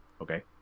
Okay